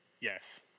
Yes